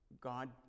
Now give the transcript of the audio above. God